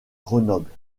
grenoble